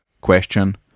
question